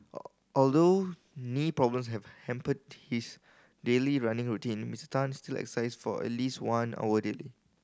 all although knee problems have hampered his daily running routine Mister Tan still exercise for at least one hour daily